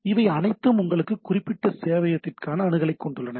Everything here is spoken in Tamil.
இவை அனைத்தும் உங்களுக்கு குறிப்பிட்ட சேவையகத்திற்கான அணுகலைக் கொண்டுள்ளன